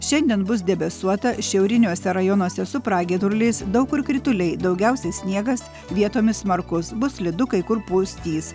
šiandien bus debesuota šiauriniuose rajonuose su pragiedruliais daug kur krituliai daugiausiai sniegas vietomis smarkus bus slidu kai kur pustys